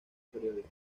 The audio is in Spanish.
periódico